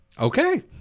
Okay